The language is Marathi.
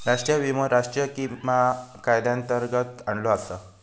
राष्ट्रीय विमो राष्ट्रीय विमा कायद्यांतर्गत आणलो आसा